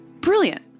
Brilliant